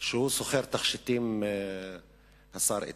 שהוא סוחר תכשיטים, השר איתן.